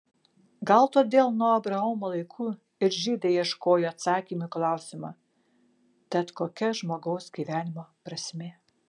gal todėl nuo abraomo laikų ir žydai ieškojo atsakymų į klausimą tad kokia žmogaus gyvenimo prasmė